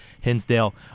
Hinsdale